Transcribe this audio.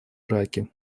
ираке